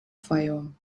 fayoum